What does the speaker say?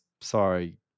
sorry